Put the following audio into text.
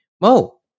Mo